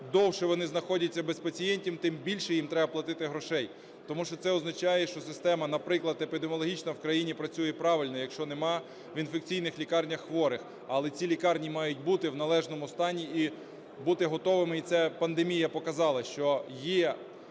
довше вони знаходяться без пацієнтів, тим більше їм треба платити грошей. Тому що це означає, що система, наприклад, епідеміологічна в країні працює правильно, якщо немає в інфекційних лікарнях хворих, але ці лікарні мають бути в належному стані і бути готовими. І це пандемія показала, що є